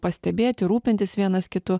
pastebėti rūpintis vienas kitu